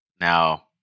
Now